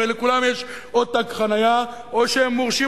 הרי לכולם יש או תג חנייה או שהם מורשים,